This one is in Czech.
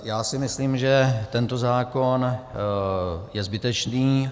Já si myslím, že tento zákon je zbytečný.